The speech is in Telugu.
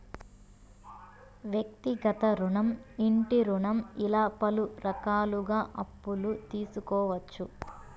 వ్యక్తిగత రుణం ఇంటి రుణం ఇలా పలు రకాలుగా అప్పులు తీసుకోవచ్చు